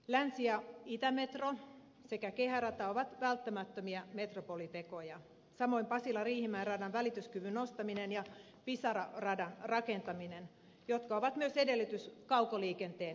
länsi ja itämetro sekä kehärata ovat välttämättömiä metropolitekoja samoin pasilariihimäki radan välityskyvyn nostaminen ja pisara radan rakentaminen jotka ovat myös edellytys kaukoliikenteen kehittämiselle